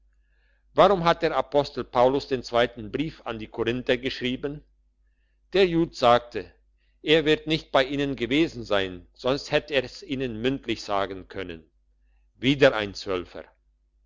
warum hat der apostel paulus den zweiten brief an die korinther geschrieben der jud sagte er wird nicht bei ihnen gewesen sein sonst hätt er's ihnen mündlich sagen können wieder ein zwölfer